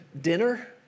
dinner